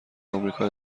آمریکا